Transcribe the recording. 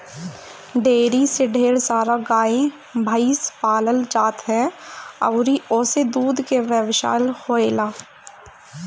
dairy में ढेर सारा गाए भइस पालल जात ह अउरी ओसे दूध के व्यवसाय होएला